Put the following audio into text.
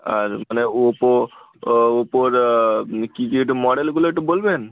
আর মানে ওপো ওপোর কি কি একটু মডেলগুলো একটু বলবেন